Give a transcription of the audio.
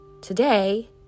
today